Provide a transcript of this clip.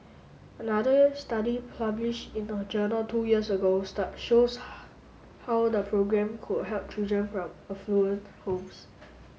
another study publish in a journal two years ago star shows how the programme could help children from affluent homes